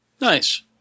Nice